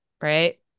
Right